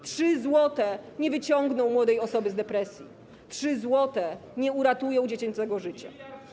3 zł nie wyciągną młodej osoby z depresji, 3 zł nie uratują dziecięcego życia.